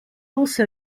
also